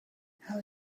how